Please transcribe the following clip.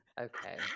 Okay